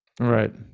Right